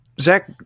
Zach